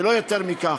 ולא יותר מכך.